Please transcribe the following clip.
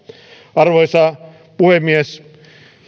arvoisa puhemies